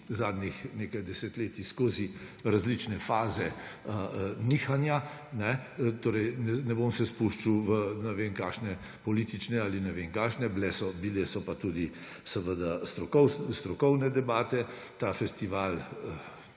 zadnjih nekaj desetletjih skozi različne faze nihanja, ne bom se spuščal v ne vem kakšne politične ali druge debate, bile so pa tudi seveda strokovne debate. Ta festival